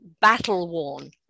battle-worn